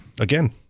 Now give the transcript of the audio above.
Again